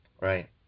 Right